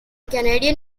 canadian